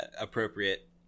appropriate